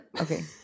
Okay